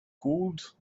cooled